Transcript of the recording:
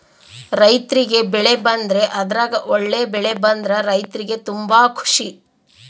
ರೈರ್ತಿಗೆ ಬೆಳೆ ಬಂದ್ರೆ ಅದ್ರಗ ಒಳ್ಳೆ ಬೆಳೆ ಬಂದ್ರ ರೈರ್ತಿಗೆ ತುಂಬಾ ಖುಷಿ